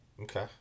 Okay